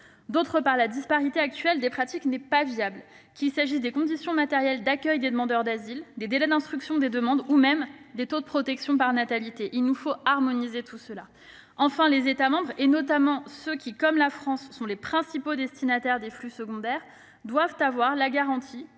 Deuxièmement, la disparité actuelle des pratiques n'est pas viable, qu'il s'agisse des conditions matérielles d'accueil des demandeurs d'asile, des délais d'instruction des demandes ou même des taux de protection par nationalité. Il nous faut harmoniser tout cela. Troisièmement, les États membres, et notamment ceux qui, comme la France, sont les principaux destinataires des flux secondaires, doivent avoir la garantie